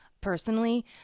Personally